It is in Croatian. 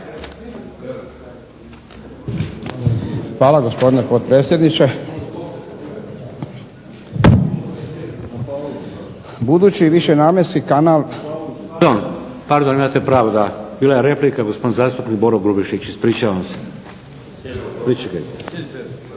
Hvala gospodine potpredsjedniče. Budući višenamjenski kanal. **Šeks, Vladimir (HDZ)** Pardon, imate pravo. Bila je replika gospodin zastupnik Boro Grubišić. Ispričavam se.